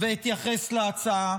ואתייחס להצעה,